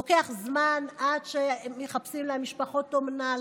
לוקח זמן עד שמחפשים להם משפחות אומנה.